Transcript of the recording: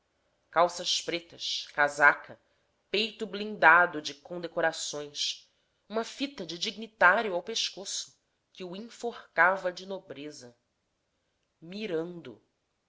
calças pretas casaca peito blindado de condecorações uma fita de dignitário ao pescoço que o enforcava de nobreza mirando